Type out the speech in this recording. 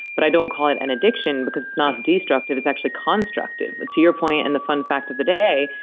but i don't call it an addiction because it's not destructive. it's actually constructive. to your point and the fun fact of the day,